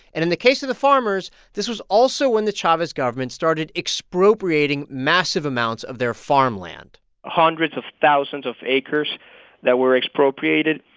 and in the case of the farmers, this was also when the chavez government started expropriating massive amounts of their farmland hundreds of thousands of acres that were expropriated.